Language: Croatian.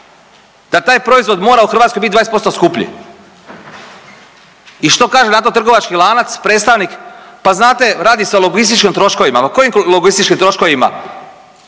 Da taj proizvod mora u Hrvatskoj bit 20% skuplji? I što kaže na to trgovački lanac, predstavnik, pa znate, radi se o logističkim troškovima. Ma kojim logističkim troškovima?